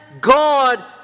God